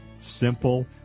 simple